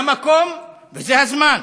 זה המקום וזה הזמן